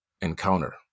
encounter